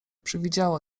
przywidziało